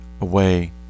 away